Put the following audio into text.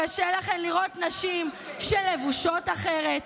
קשה לכן לראות נשים שלבושות אחרת,